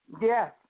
yes